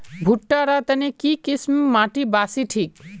भुट्टा र तने की किसम माटी बासी ठिक?